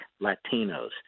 latinos